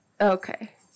Okay